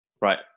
Right